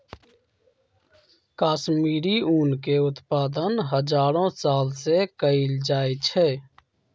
कश्मीरी ऊन के उत्पादन हजारो साल से कएल जाइ छइ